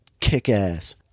kick-ass